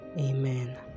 Amen